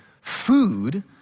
food